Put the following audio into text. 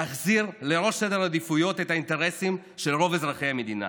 להחזיר לראש סדר העדיפויות את האינטרסים של רוב אזרחי המדינה.